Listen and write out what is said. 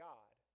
God